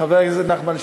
חבר הכנסת נחמן שי,